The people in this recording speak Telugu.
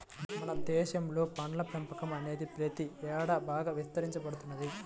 మన దేశంలో పండ్ల పెంపకం అనేది ప్రతి ఏడాది బాగా విస్తరించబడుతున్నది